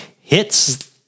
hits